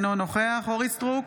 אינו נוכח אורית מלכה סטרוק,